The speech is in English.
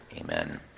Amen